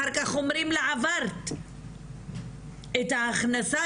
אחר כך אומרים לה עברת את ההכנסה,